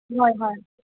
হয় হয়